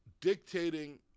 dictating